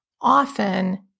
Often